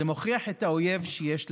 זה מוכיח את האויב שיש לכולנו.